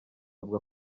avuga